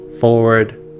forward